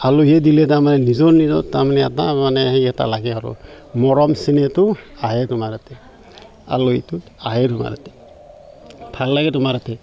আলহী দিলে তাৰমানে নিজৰ নিজৰ তাৰমানে এটা মানে সেই এটা লাগে আৰু মৰম চেনেহটো আহে তোমাৰ ইয়াতে আলহীটোত আহে তোমাৰ ইয়াতে ভাল লাগে তোমাৰ ইয়াতে